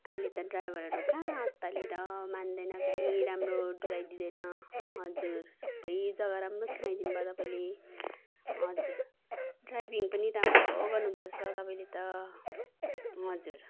अहिले त ड्राइभरहरू कहाँ अतालिएर मान्दैन कहीँ राम्रो डुलाइ दिँदैन हजुर सबै जगा राम्रो चिनाइदिनु भयो तपाईँले हजुर ड्राइभिङ पनि राम्रो गर्नु हुँदो रहेछ तपाईँले त हजुर